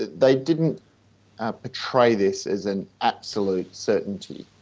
they didn't ah portray this as an absolute certainty.